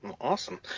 Awesome